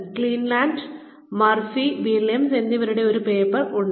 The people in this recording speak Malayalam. ക്ലീവ്ലാൻഡ് മർഫി വില്യംസ് എന്നിവരുടെ ഒരു പേപ്പർ ഉണ്ട്